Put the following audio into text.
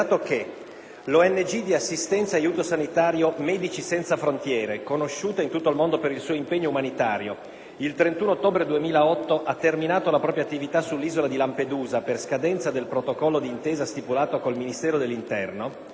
l'ONG di assistenza e aiuto sanitario, Medici Senza Frontiere (MSF), conosciuta in tutto il mondo per il suo impegno umanitario, il 31 ottobre 2008 ha terminato la propria attività sull'isola di Lampedusa, per scadenza del protocollo di intesa stipulato con il Ministero dell'interno;